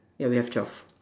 ya we have twelve